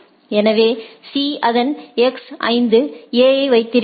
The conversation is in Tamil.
எனவே C அதன் X 5 A ஐ வைத்திருக்கிறது